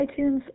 iTunes